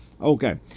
Okay